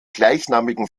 gleichnamigen